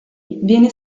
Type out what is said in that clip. viene